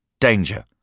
Danger